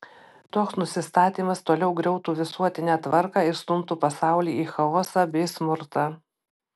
toks nusistatymas toliau griautų visuotinę tvarką ir stumtų pasaulį į chaosą bei smurtą